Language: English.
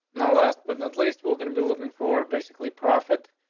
no last. but at least we're gonna be looking for basically profit.